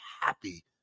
happy